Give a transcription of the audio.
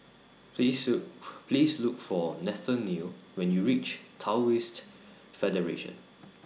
Please Look Please Look For Nathanael when YOU REACH Taoist Federation